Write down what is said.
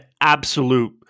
absolute